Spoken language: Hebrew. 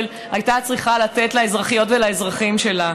הייתה צריכה לתת לאזרחיות ולאזרחים שלה.